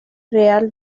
real